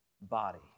body